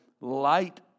light